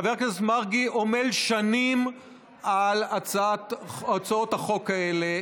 חבר הכנסת מרגי עמל שנים על הצעות החוק האלה.